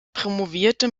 promovierte